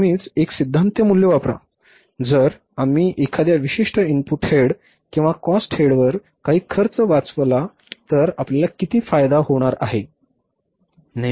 नेहमीच एक सिध्दांत मूल्य वापरा जर आम्ही एखाद्या विशिष्ट इनपुट हेड किंवा कॉस्ट हेडवर काही खर्च वाचवला तर आपल्याला किती फायदा होणार आहे